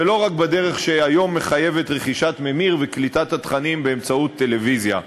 ולא רק בדרך שהיום מחייבת רכישת ממיר וקליטת התכנים באמצעות טלוויזיה.